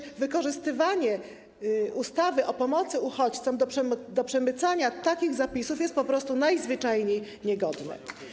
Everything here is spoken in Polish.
Przecież wykorzystywanie ustawy o pomocy uchodźcom do przemycania takich zapisów jest po prostu najzwyczajniej niegodne.